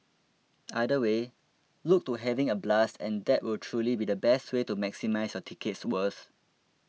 either way look to having a blast and that will truly be the best way to maximising your ticket's worth